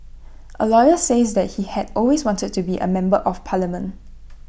A lawyer says that he had always wanted to be A member of parliament